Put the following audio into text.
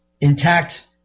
intact